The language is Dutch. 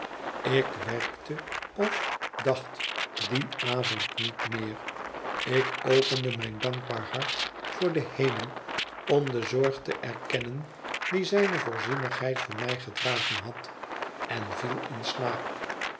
ik werkte of dacht dien avond niet meer ik opende mijn dankbaar hart voor den hemel om de zorg te erkennen die zijne voorzienigheid voor mij gedragen had en viel in slaap